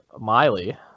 Miley